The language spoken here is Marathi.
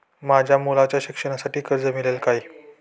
माझ्या मुलाच्या शिक्षणासाठी कर्ज मिळेल काय?